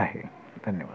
आहे धन्यवाद